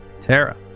Tara